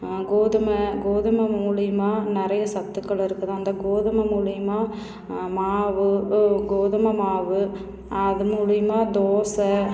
கோதுமை கோதுமை மூலிமா நிறையா சத்துக்கள் இருக்குது அந்த கோதுமை மூலிமா மாவு கோதுமை மாவு அது மூலிமா தோசை